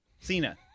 Cena